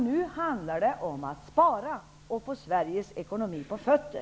Nu handlar det om att spara och få Sveriges ekonomi på fötter.